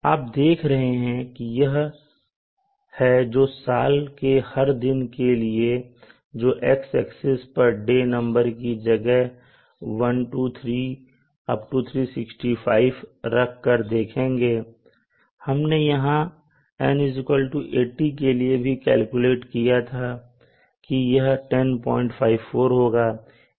आप देख रहे हैं कि यह है जो साल के हर दिन के लिए जो X एक्सिस पर दे नंबर की जगह 123365 रख कर देखेंगे हमने यहां N80 के लिए भी कैलकुलेट किया था कि यह 1054 होगा